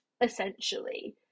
essentially